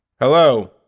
Hello